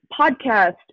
podcast